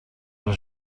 جان